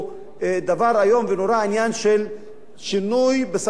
עניין של שינוי בסמכויותיו על-פי תקנון הממשלה.